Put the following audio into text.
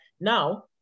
Now